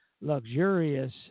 luxurious